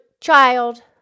child